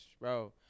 Bro